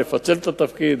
לפצל את התפקיד,